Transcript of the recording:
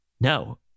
No